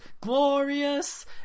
glorious